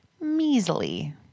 measly